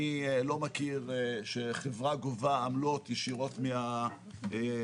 אני לא מכיר שחברה גובה עמלות ישירות מהתושבים.